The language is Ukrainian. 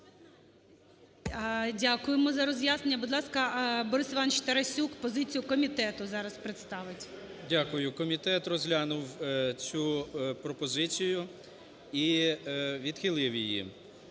Дякуємо за роз'яснення. Будь ласка, Борис Іванович Тарасюк, позицію комітету зараз представить. 13:08:18 ТАРАСЮК Б.І. Дякую. Комітет розглянув цю пропозицію і відхилив її.